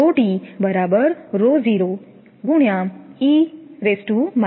આ સમીકરણ 4 છે